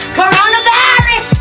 coronavirus